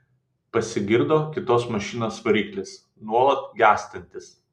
pasigirdo kitos mašinos variklis nuolat gęstantis